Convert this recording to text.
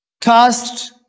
cast